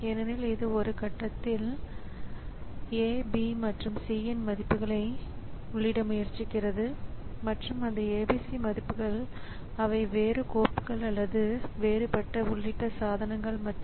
user ஒன்றின் ஜாபை ஒருசில நேரத்தில் செய்யவும் யூசர் இரண்டின் ஜாபை வேறுசில நேரத்தில் செய்யவும் ஏற்றவாறு நான் ஏதாவது டைம் ஷேரிங் செய்ய வேண்டும்